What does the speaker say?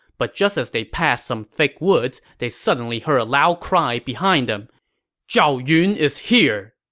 but just as they passed some thick woods, they suddenly heard a loud cry behind them zhao yun is here!